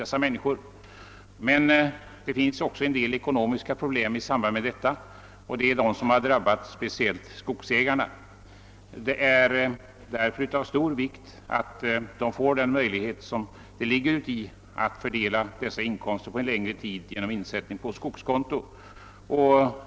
Stormen medförde emellertid också en del ekonomiska problem, och där drabbades skogsägarna alldeles speciellt. Därför är det av stor vikt att skogsägarna får den möjlighet som ligger i att fördela inkomster från skogen på längre tid genom insättning på skogskonto.